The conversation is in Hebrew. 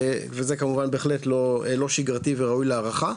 וזה כמובן בהחלט לא שגרתי וראוי להערכה,